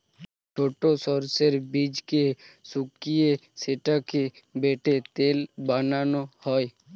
ছোট সর্ষের বীজকে শুকিয়ে সেটাকে বেটে তেল বানানো হয়